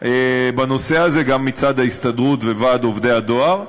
בנושא הזה גם מצד ההסתדרות וועד עובדי הדואר.